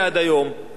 ורק דיברו,